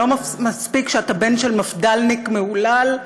ולא מספיק שאתה בן של מפד"לניק מהולל,